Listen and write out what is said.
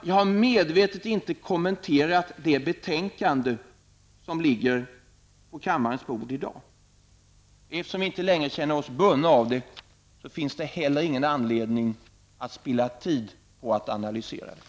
Jag har medvetet inte kommenterat det betänkande som ligger på kammarens bord i dag eftersom vi inte längre känner oss bundna av det, och därför finns det heller ingen anledning att spilla tid på att analysera det.